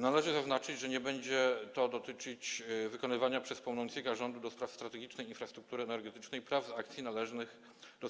Należy zaznaczyć, że nie będzie to dotyczyć wykonywania przez pełnomocnika rządu ds. strategicznej infrastruktury energetycznej praw z akcji należących do